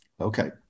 Okay